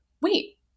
wait